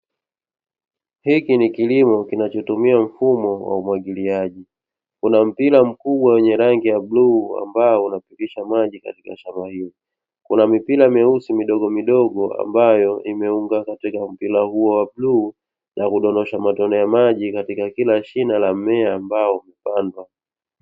Hiki ni kilimo kinachotumia mfumo wa umwagiliaji. Kuna mpira mkubwa wenye rangi ya bluu ambao unapitisha maji katika shamba hili. Kuna mipira meusi midogomidogo ambayo imeunga katika mpira huo wa bluu na kudondosha matone ya maji katika kila shina la mmea ambao hupandwa.